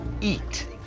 eat